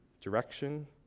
direction